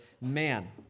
man